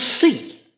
see